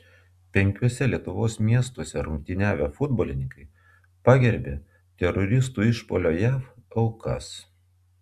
penkiuose lietuvos miestuose rungtyniavę futbolininkai pagerbė teroristų išpuolio jav aukas